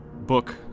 Book